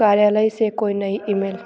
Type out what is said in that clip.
कार्यालय से कोई नई ईमेल